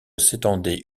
s’étendait